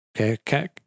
Okay